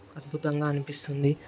అద్భుతంగా అనిపిస్తుంది